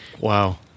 Wow